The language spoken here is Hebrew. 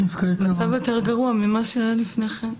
המצב יותר גרוע ממה שהיה לפני כן.